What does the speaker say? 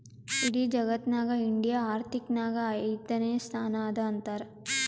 ಇಡಿ ಜಗತ್ನಾಗೆ ಇಂಡಿಯಾ ಆರ್ಥಿಕ್ ನಾಗ್ ಐಯ್ದನೇ ಸ್ಥಾನ ಅದಾ ಅಂತಾರ್